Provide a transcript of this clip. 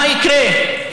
מה יקרה?